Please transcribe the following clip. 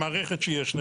המערכת שיש לנו